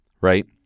right